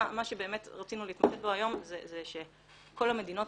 מה שבאמת רצינו להתמקד בו היום זה שהתהליך של כל המדינות